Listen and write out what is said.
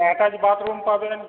attach bathroom পাবেন